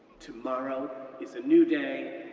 tomorrow is a new day,